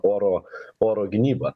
oro oro gynyba